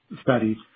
studies